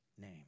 name